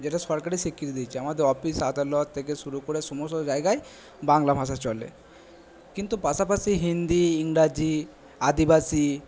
যেটা সরকারি স্বীকৃতি দিয়েছে আমাদের অফিস আদালত থেকে শুরু করে সমস্ত জায়গায় বাংলা ভাষা চলে কিন্তু পাশাপাশি হিন্দি ইংরাজি আদিবাসী